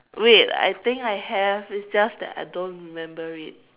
wait I think I have it's just that I don't remember it